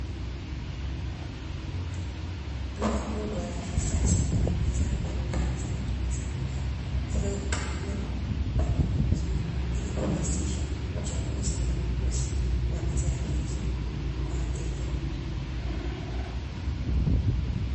Duka kubwa la kisasa lenye bidhaa mbalimbali za matumizi ya nyumbani, zilizopangiliwa kwa mpangilio mzuri, ili kurahisisha uchaguzi na ununuzi wa bidhaa hizo kwa wateja.